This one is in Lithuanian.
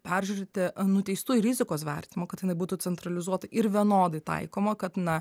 peržiūrėti nuteistųjų rizikos vertimo kad jinai būtų centralizuota ir vienodai taikoma kad na